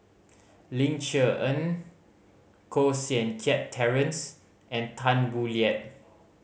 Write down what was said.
Ling Cher Eng Koh Seng Kiat Terence and Tan Boo Liat